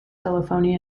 telephony